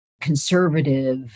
conservative